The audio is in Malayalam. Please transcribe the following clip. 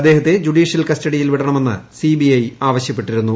അദ്ദേഹത്തെ ജുഡീഷ്യൽ കസ്റ്റഡിയിൽ വിടണമെന്ന് സിബിഐ ആവശ്യപ്പെട്ടിരുന്നു